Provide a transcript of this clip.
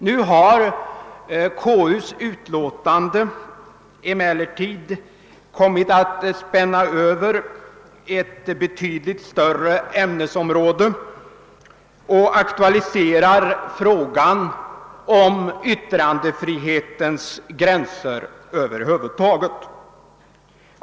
Nu har konstitutionsutskottets utlåtande emellertid kommit att spänna över ett betydligt större ämnesområde och aktualiserar frågan om yttrandefrihetens gränser över huvud taget.